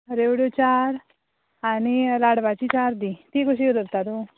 रेवड्यो चार आनी लाडवाचीं चार दी तींं कशी धरता तूं